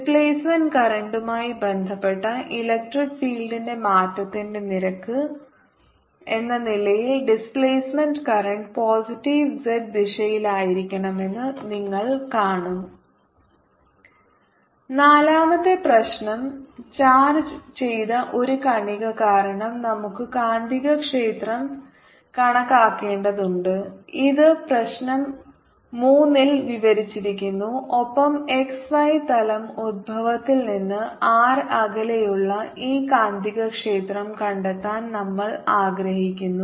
displacement കറന്റുമായി ബന്ധപ്പെട്ട electric ഫീൽഡിന്റെ മാറ്റത്തിന്റെ നിരക്ക് എന്ന നിലയിൽ ഡിസ്പ്ലേസ്മെന്റ് കറന്റ് പോസിറ്റീവ് z ദിശയിലായിരിക്കണമെന്ന് നിങ്ങൾക്ക് കാണാൻ കഴിയും നാലാമത്തെ പ്രശ്നം ചാർജ്ജ് ചെയ്ത ഒരു കണിക കാരണം നമുക്ക് കാന്തികക്ഷേത്രം കണക്കാക്കേണ്ടതുണ്ട് ഇത് പ്രശ്നം മൂന്നിൽ വിവരിച്ചിരിക്കുന്നു ഒപ്പം x y തലം ഉത്ഭവത്തിൽ നിന്ന് r അകലെയുള്ള ഈ കാന്തികക്ഷേത്രം കണ്ടെത്താൻ നമ്മൾ ആഗ്രഹിക്കുന്നു